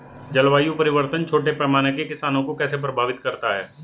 जलवायु परिवर्तन छोटे पैमाने के किसानों को कैसे प्रभावित करता है?